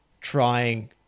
trying